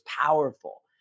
powerful